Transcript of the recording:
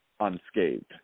Unscathed